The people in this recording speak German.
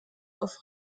auf